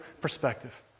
perspective